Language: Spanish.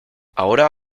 ahora